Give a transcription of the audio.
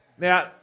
Now